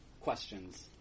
questions